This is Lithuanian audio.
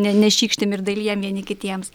ne nešykštim ir dalijam vieni kitiems